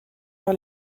vers